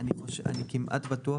אני כמעט בטוח,